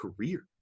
career